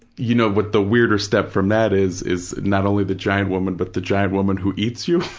you know, but the weirder step from that is, is not only the giant woman but the giant woman who eats you.